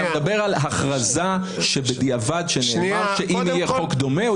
אתה מדבר על הכרזה שבדיעבד שנאמרה שאם יהיה חוק דומה הוא ייפסל.